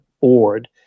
board